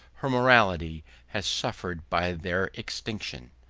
her morality has suffered by their extinction.